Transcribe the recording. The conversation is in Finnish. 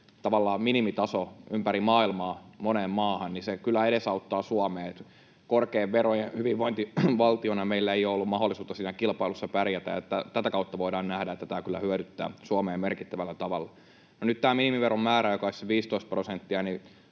minimitaso ympäri maailmaa moneen maahan, niin se kyllä edesauttaa Suomea. Korkeiden verojen hyvinvointivaltiona meillä ei ole ollut mahdollisuutta siinä kilpailussa pärjätä, ja tätä kautta voidaan nähdä, että tämä kyllä hyödyttää Suomea merkittävällä tavalla. No, nyt tätä minimiveron määrää, joka olisi se 15 prosenttia,